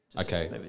Okay